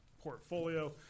portfolio